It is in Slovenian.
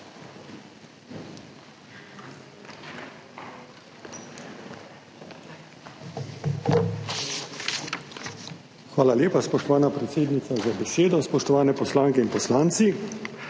Hvala lepa, spoštovana predsednica za besedo. Spoštovane poslanke in poslanci!